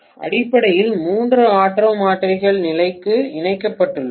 மாணவர் அடிப்படையில் மூன்று ஆட்டோ மின்மாற்றிகள் நிலைக்கு இணைக்கப்பட்டுள்ளன